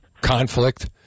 conflict